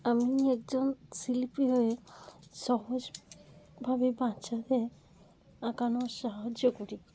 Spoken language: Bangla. আমি একজন শিল্পী হয়ে সহজভাবে বাচ্চাদের আঁকানোর সাহায্য করি